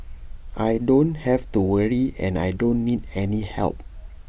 I don't have to worry and I don't need any help